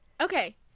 okay